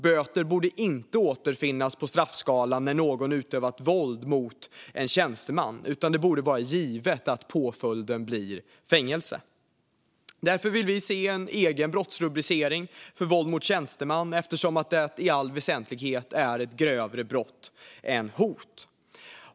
Böter borde inte återfinnas på straffskalan när någon utövat våld mot en tjänsteman, utan det borde vara givet att påföljden blir fängelse. Därför vill vi se en egen brottsrubricering för våld mot tjänsteman eftersom det i all väsentlighet är ett grövre brott än hot.